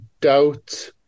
doubt